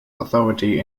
authority